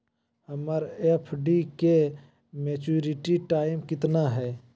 हमर एफ.डी के maturity time कितना है?